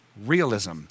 Realism